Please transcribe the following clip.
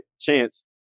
chance